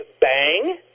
Bang